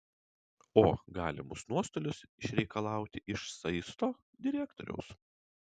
o galimus nuostolius išreikalauti iš saisto direktoriaus